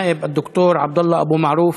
(אומר בערבית: חבר הכנסת דוקטור עבדאללה אבו מערוף,